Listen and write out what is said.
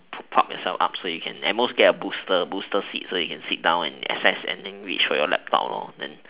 prop yourself up so you can at most get a booster a booster seat so you can sit down and then reach your laptop